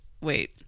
wait